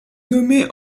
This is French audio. nommée